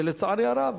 ולצערי הרב,